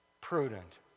prudent